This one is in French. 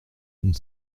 une